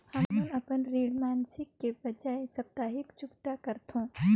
हमन अपन ऋण मासिक के बजाय साप्ताहिक चुकता करथों